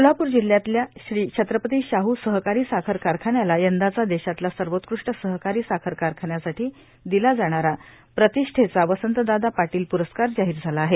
कोल्हापूर जिल्ह्यातल्या श्री छत्रपती शाह् सहकारी साखर कारखान्याला यंदाचा देशातला सर्वोत्कृष् सहकारी साखर कारखान्यासाठी दिला जाणारा प्रतिष्ठेचा वसंतदादा पापील प्रस्कार जाहीर झाला आहे